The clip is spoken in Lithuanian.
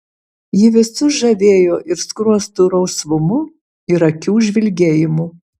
ji visus žavėjo ir skruostų rausvumu ir akių žvilgėjimu